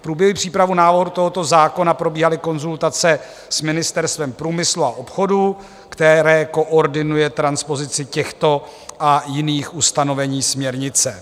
V průběhu přípravy návrhu tohoto zákona probíhaly konzultace s Ministerstvem průmyslu a obchodu, které koordinuje transpozici těchto a jiných ustanovení směrnice.